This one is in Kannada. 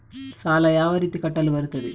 ಸಾಲ ಯಾವ ರೀತಿ ಕಟ್ಟಲು ಬರುತ್ತದೆ?